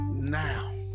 Now